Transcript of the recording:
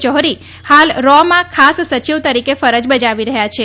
જાહરી હાલ રોમાં ખાસ સચિવ તરીકે ફરજ બજાવી રહ્યા છે